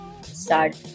start